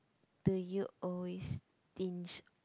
do you always stinge